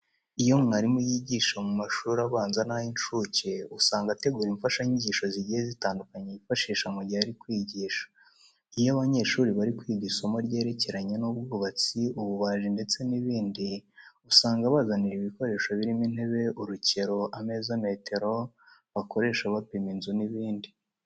Iyo umwarimu yigisha mu mashuri abanza n'ay'incuke, usanga ategura imfashanyigisho zigiye zitandukanye yifashisha mu gihe ari kwigisha. Iyo abanyeshuri bari kwiga isomo ryerekeranye n'ubwubatsi, ububaji ndetse n'ibindi, usanga abazanira ibikoresho birimo intebe, urukero, ameza, metero bakoresha bapima inzu n'ibindi.